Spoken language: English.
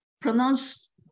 pronounce